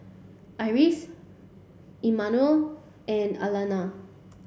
Iris Immanuel and Alana